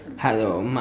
hello um